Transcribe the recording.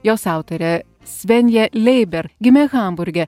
jos autorė svenja leiber gimė hamburge